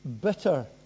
bitter